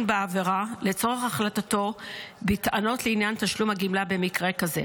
בעבירה לצורך החלטתו בטענות לעניין תשלום הגמלה במקרה כזה.